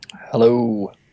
Hello